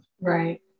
Right